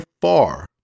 far